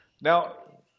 Now